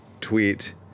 tweet